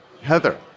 Heather